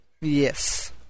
Yes